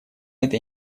этой